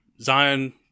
Zion